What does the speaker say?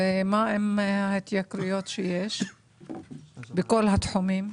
אימאן ח'טיב יאסין (רע"מ,